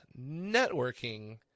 networking